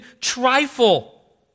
trifle